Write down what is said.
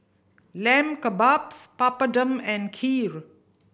Lamb Kebabs Papadum and Kheer